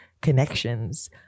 connections